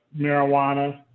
marijuana